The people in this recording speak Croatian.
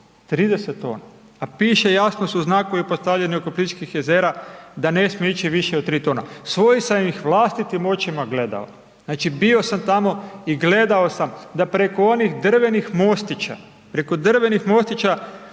30 tona, a piše, jasno su znakovi postavljeni oko Plitvičkih jezera da ne smije ići više od 3 tone, svojih sam ih vlastitim očima gledao. Znači bio sam tamo i gledao sam da preko onih drvenih mostića koji se svi